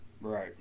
right